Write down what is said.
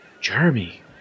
Jeremy